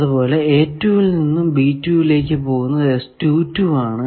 അതുപോലെ ൽ നിന്നും ലേക്ക് പോകുന്നത് ആണ്